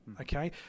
okay